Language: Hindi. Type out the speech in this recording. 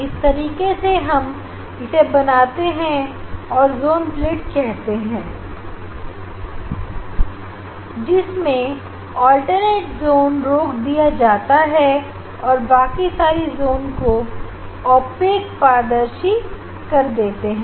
इस तरीके से हम इसे बनाते हैं और जोन प्लेट कहते हैं जिसमें अल्टरनेट जोंस रोक दिया जाता है और बाकी सारे जोन को ओपेक पारदर्शी कर देते हैं